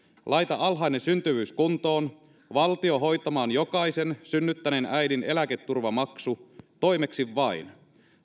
laita alhainen syntyvyys kuntoon valtio hoitamaan jokaisen synnyttäneen äidin eläketurvamaksu toimeksi vain